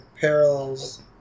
parallels